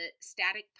static